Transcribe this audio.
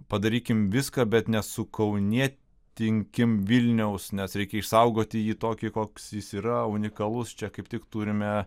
padarykim viską bet nesu kaunietinkim vilniaus nes reikia išsaugoti jį tokį koks jis yra unikalus čia kaip tik turime